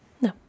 No